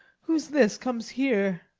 who's this comes here?